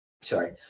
sorry